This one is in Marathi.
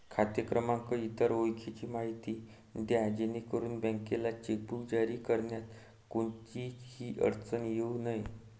खाते क्रमांक, इतर ओळखीची माहिती द्या जेणेकरून बँकेला चेकबुक जारी करण्यात कोणतीही अडचण येऊ नये